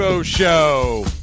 show